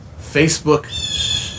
Facebook